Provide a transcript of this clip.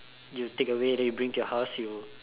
you take away then you bring to your house you